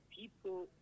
people